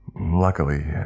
Luckily